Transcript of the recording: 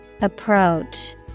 Approach